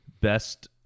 best